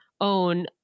own